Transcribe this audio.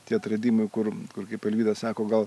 tie atradimai kur kur kaip alvydas sako gal